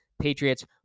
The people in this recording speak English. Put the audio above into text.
Patriots